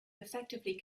effectively